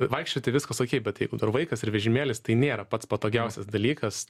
vaikščioti viskas okėj bet jeigu dar vaikas ir vežimėlis tai nėra pats patogiausias dalykas